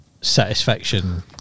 satisfaction